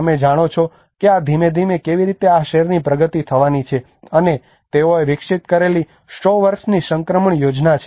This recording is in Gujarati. તમે જાણો છો કે આ ધીમે ધીમે કેવી રીતે આ શહેરની પ્રગતિ થવાની છે અને તેઓએ વિકસિત કરેલી 100 વર્ષની સંક્રમણ યોજના છે